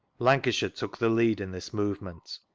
lanca shire took the lead in this movement.